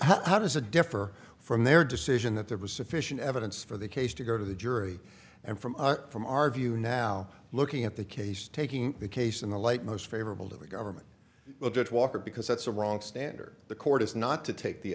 how does a differ from their decision that there was sufficient evidence for the case to go to the jury and from from our view now looking at the case taking the case in the light most favorable to the government will judge walker because that's the wrong standard the court is not to take the